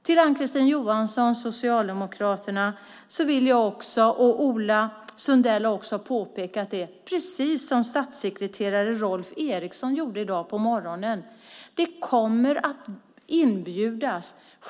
Till Ann-Kristine Johansson, Socialdemokraterna, vill jag säga - Ola Sundell har också påpekat det, precis som statssekreterare Rolf Eriksson gjorde i dag på morgonen - att ni kommer att inbjudas.